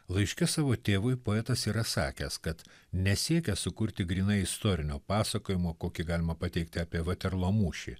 laiške savo tėvui poetas yra sakęs kad nesiekia sukurti grynai istorinio pasakojimo kokį galima pateikti apie vaterlo mūšį